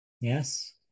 yes